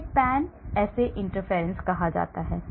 उन्हें pan assay interference कहा जाता है